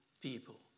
people